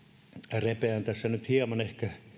repeän tässä nyt hieman ehkä